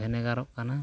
ᱵᱷᱮᱱᱮᱜᱟᱨᱚᱜ ᱠᱟᱱᱟ